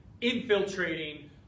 infiltrating